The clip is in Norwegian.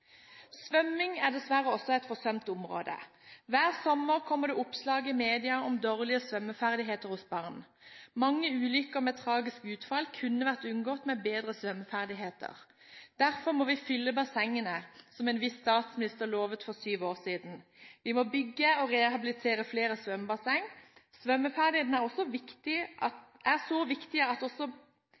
Svømming er dessverre også et forsømt område. Hver sommer kommer det oppslag i media om dårlige svømmeferdigheter hos barn. Mange ulykker med tragisk utfall kunne vært unngått med bedre svømmeferdigheter. Derfor må vi fylle bassengene, som en viss statsminister lovet for syv år siden. Vi må bygge og rehabilitere flere svømmebasseng. Svømmeferdigheter er så viktig at vi mener vi også